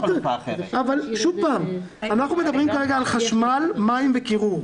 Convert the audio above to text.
אנחנו מדברים כרגע על חשמל, מים וקירור.